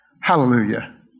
hallelujah